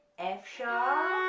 f sharp,